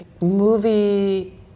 movie